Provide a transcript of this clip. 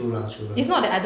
true lah true lah